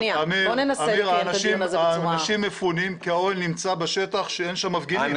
בוא ננסה לנהל את הדיון הזה בצורה --- אמיר,